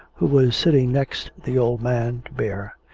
who was sitting next the old man, to bear.